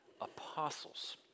apostles